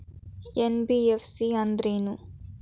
NBFC ಅಂದ್ರೇನು?